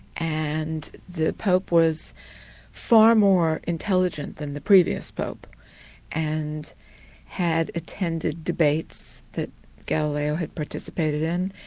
and the pope was far more intelligent than the previous pope and had attended debates that galileo had participated in,